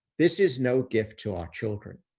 this is no gift to our children,